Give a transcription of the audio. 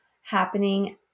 happening